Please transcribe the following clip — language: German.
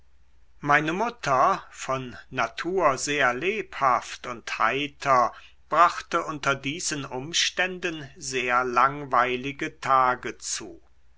meine mutter von natur sehr lebhaft und heiter brachte unter diesen umständen sehr langweilige tage zu